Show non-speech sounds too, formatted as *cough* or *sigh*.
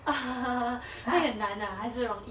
*laughs* 会很难 ah 还是容易